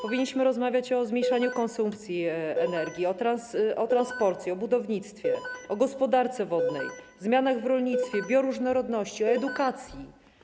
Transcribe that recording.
Powinniśmy rozmawiać o zmniejszaniu konsumpcji energii, o transporcie, o budownictwie, o gospodarce wodnej, o zmianach w rolnictwie, o bioróżnorodności, o edukacji.